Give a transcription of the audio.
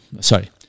sorry